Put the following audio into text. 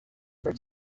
for